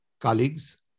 colleagues